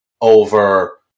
over